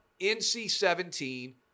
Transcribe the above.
NC-17